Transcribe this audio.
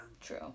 True